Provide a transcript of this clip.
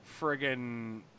friggin